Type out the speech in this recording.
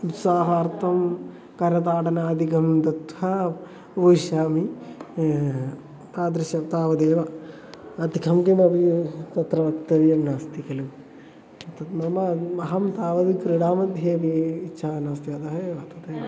उत्साहार्थं करताडनादिकं दत्वा उपविशामि तादृश तावदेव अधिकं किमपि तत्र वक्तव्यं नास्ति खलु एतद् मम अहं तावद् क्रीडामध्येपि इच्छा नास्ति अतः एव तथैव